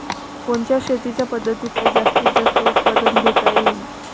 कोनच्या शेतीच्या पद्धतीपायी जास्तीत जास्त उत्पादन घेता येईल?